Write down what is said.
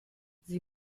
sie